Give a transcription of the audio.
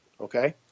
Okay